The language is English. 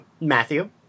Matthew